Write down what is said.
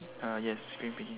uh yes green bikini